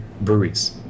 breweries